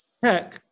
tech